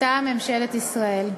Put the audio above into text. מטעם ממשלת ישראל.